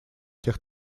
этих